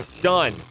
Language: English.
done